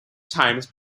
times